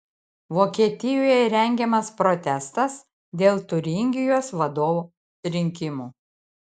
vokietijoje rengiamas protestas dėl tiuringijos vadovo rinkimų